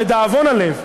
לדאבון הלב,